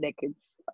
decades